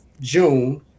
June